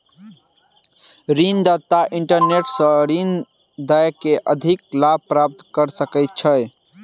ऋण दाता इंटरनेट सॅ ऋण दय के अधिक लाभ प्राप्त कय सकै छै